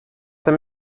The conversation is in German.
dem